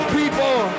people